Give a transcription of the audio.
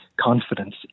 confidence